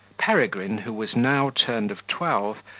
peregrine, who was now turned of twelve,